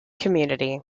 community